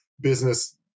business